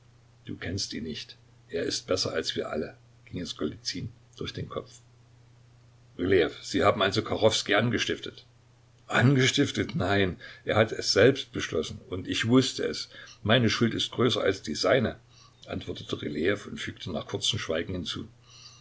du kennst ihn nicht er ist besser als wir alle ging es golizyn durch den kopf rylejew sie haben also